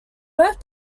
both